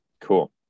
Cool